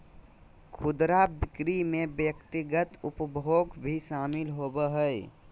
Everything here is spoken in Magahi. खुदरा बिक्री में व्यक्तिगत उपभोग भी शामिल होबा हइ